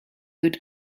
good